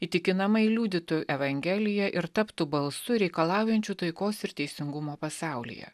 įtikinamai liudytų evangeliją ir taptų balsu reikalaujančiu taikos ir teisingumo pasaulyje